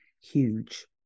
huge